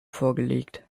vorgelegt